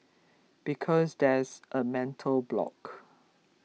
because there's a mental block